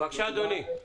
בבקשה, אדוני.